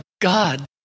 God